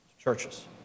churches